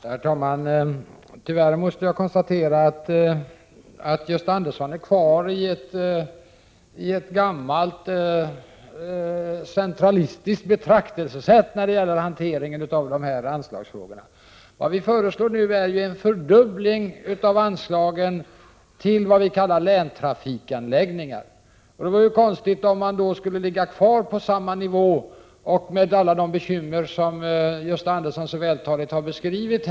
Herr talman! Tyvärr måste jag konstatera att Gösta Andersson är kvari ett gammalt, centralistiskt betraktelsesätt när det gäller hanteringen av de här anslagsfrågorna. Vad vi nu föreslår är en fördubbling av anslagen till vad vi kallar länstrafikanläggningar. Det vore konstigt om man då skulle ligga kvar på samma nivå, med alla de bekymmer som det medför och som Gösta Andersson här så vältaligt har beskrivit.